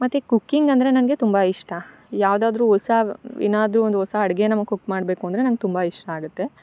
ಮತ್ತು ಕುಕಿಂಗ್ ಅಂದರೆ ನನಗೆ ತುಂಬ ಇಷ್ಟ ಯಾವುದಾದ್ರು ಹೊಸ ಏನಾದರು ಒಂದು ಹೊಸ ಅಡುಗೆ ನಮ್ಗೆ ಕುಕ್ ಮಾಡಬೇಕು ಅಂದರೆ ನಂಗೆ ತುಂಬ ಇಷ್ಟ ಆಗುತ್ತೆ